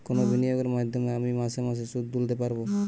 কোন বিনিয়োগের মাধ্যমে আমি মাসে মাসে সুদ তুলতে পারবো?